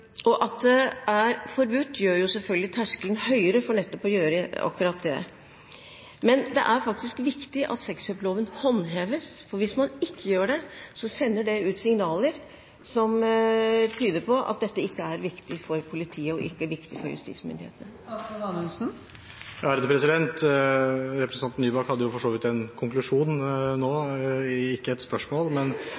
og at det er forbudt, gjør jo selvfølgelig terskelen høyere for å gjøre akkurat det. Men det er faktisk viktig at sexkjøpsloven håndheves, for hvis man ikke gjør det, sender det ut signaler om at dette ikke er viktig for politiet og justismyndighetene. Representanten Nybakk hadde jo for så vidt en konklusjon nå, og ikke et spørsmål.